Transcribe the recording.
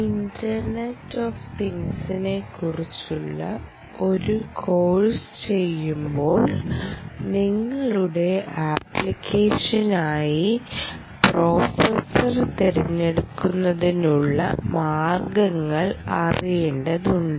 internet of തിങ്ങ്സിനെ കുറിച്ചുള്ള ഒരു കോഴ്സ് ചെയ്യുമ്പോൾ നിങ്ങളുടെ അപ്ലിക്കേഷനായി പ്രോസസർ തിരഞ്ഞെടുക്കുന്നതിനുള്ള മാർഗങ്ങൾ അറിയേണ്ടതുണ്ട്